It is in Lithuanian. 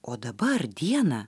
o dabar dieną